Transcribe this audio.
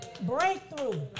Breakthrough